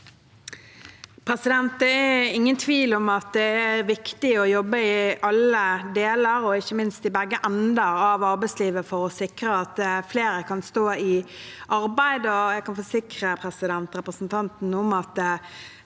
Det er in- gen tvil om at det er viktig å jobbe i alle deler, og ikke minst i begge ender, av arbeidslivet for å sikre at flere kan stå i arbeid. Jeg kan forsikre representanten om at